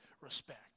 respect